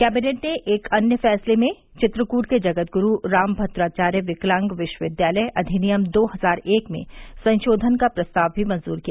cabinet ने एक अन्य फैसले में वित्रकूट के जगदगुरु रामभद्राचार्य विकलांग विश्वविद्यालय अधिनियम दो हजार एक में संशोधन का प्रस्ताव भी मंजूर किया